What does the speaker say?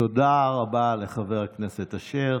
תודה רבה לחבר הכנסת אשר.